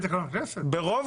על פי תקנון הכנסת -- -התקבל,